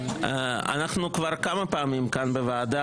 אנחנו כבר כמה פעמים כאן בוועדה,